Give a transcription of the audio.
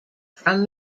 from